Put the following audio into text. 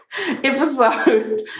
episode